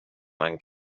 man